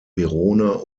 verona